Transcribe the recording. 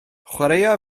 chwaraea